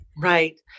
Right